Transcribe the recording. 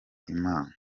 imana